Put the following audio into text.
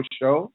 show